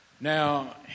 Now